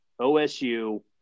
OSU